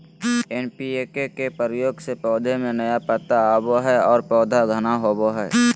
NPK के प्रयोग से पौधा में नया पत्ता आवो हइ और पौधा घना होवो हइ